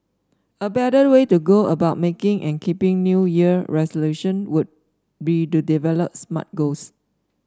a better way to go about making and keeping New Year resolution would be to develop Smart goals